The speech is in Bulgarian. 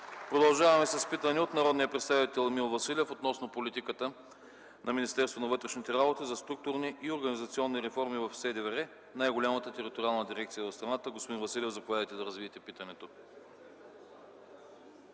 Продължаваме с питане от народния представител Емил Василев относно политиката на Министерството на вътрешните работи за структурни и организационни реформи в СДВР – най-голямата териториална дирекция в страната. Господин Василев, заповядайте да развиете питането.